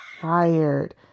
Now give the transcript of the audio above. tired